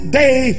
day